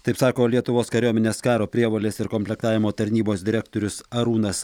taip sako lietuvos kariuomenės karo prievolės ir komplektavimo tarnybos direktorius arūnas